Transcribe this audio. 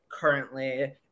currently